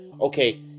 okay